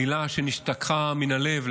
מילה שנשתכחה מן הלב,